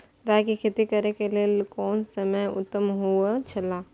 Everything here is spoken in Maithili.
राय के खेती करे के लेल कोन समय उत्तम हुए छला?